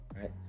right